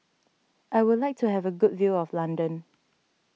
I would like to have a good view of London